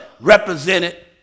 represented